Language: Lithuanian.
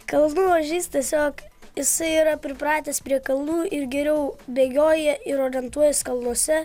kalnų ožys tiesiog jisai yra pripratęs prie kalnų ir geriau bėgioja ir orientuojasi kalnuose